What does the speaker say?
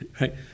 right